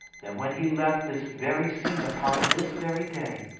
than when he left this very scene upon this very day.